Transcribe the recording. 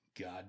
God